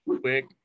Quick